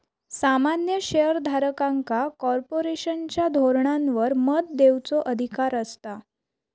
सामान्य शेयर धारकांका कॉर्पोरेशनच्या धोरणांवर मत देवचो अधिकार असता